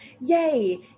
yay